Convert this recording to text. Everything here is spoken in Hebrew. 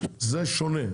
זה שונה,